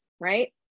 right